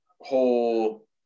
whole